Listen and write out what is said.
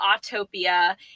Autopia